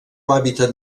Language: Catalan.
hàbitat